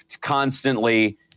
constantly